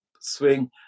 swing